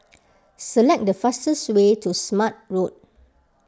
select the fastest way to Smart Road